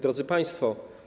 Drodzy Państwo!